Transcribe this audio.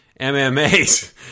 MMAs